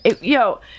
yo